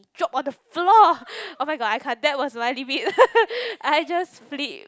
drop on the floor oh-my-god I can't that was my limit I just flipped